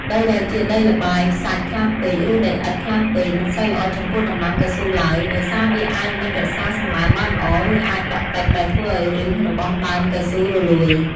ដីដែលជាដីល្បាយខ្សាច់ខ្លាំងពេក ឬដីឥដ្ឋខ្លាំងពេក មិនសូវល្អចំពោះដំណាំកៅស៊ូឡើយ ដោយសារវាអាចមិនរក្សាសំណើមបានល្អ ឬអាចដក់ទឹកដែលធ្វើឱ្យឫសរបស់ដើមកៅស៊ូរលួយ។